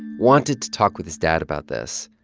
wanted to talk with his dad about this.